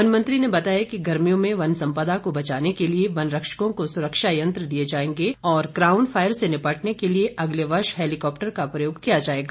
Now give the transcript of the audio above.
one मंत्री ने बताया कि गर्मियों में वन संपदा को बचाने के लिए वन रक्षकों को सुरक्षा यंत्र दिए जाएंगे और क्राउन फायर से निपटने के लिए अगले वर्ष हैलीकॉप्टर का प्रयोग किया जाएगा